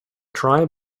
tribe